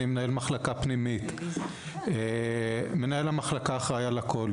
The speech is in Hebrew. מנהל מחלקה פנימית: מנהל המחלקה אחראי על הכול.